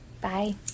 Bye